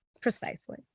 precisely